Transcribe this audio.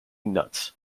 nuts